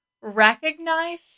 recognize